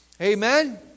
Amen